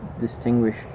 distinguish